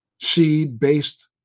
seed-based